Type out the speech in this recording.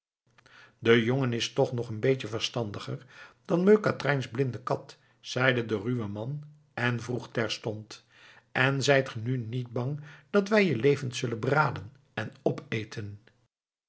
de jongen is toch nog een beetje verstandiger dan meu katrijns blinde kat zeide de ruwe man en vroeg terstond en zijt gij nu niet bang dat wij je levend zullen braden en opeten